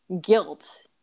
guilt